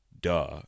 duh